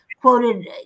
quoted